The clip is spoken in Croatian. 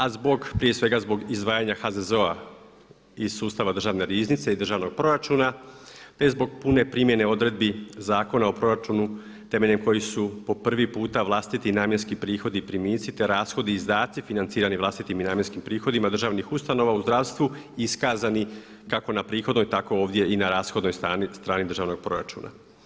A zbog, prije svega zbog izdvajanja HZZO-a iz sustava državne riznice i državnog proračuna te zbog pune primjene odredbi Zakona o proračunu temeljem kojih su po prvi puta vlastiti namjenski prihodi i primici te rashodi i izdaci financirani vlastitim i namjenskim prihodima državnih ustanova u zdravstvu iskazani kako na prihodnoj tako ovdje i na rashodnoj strani državnog proračuna.